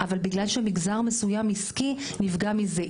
בגלל שמגזר עסקי מסוים נפגע מזה.